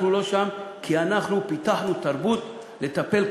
אנחנו לא שם כי אנחנו פיתחנו תרבות של לטפל,